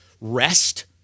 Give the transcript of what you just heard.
Rest